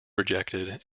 rejected